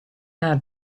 have